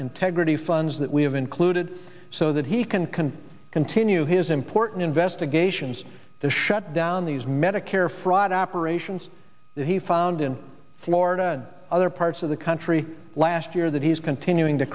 integrity funds that we have included so that he can can continue his important investigations to shut down these medicare fraud operations that he found in florida and other parts of the country last year that he's continuing to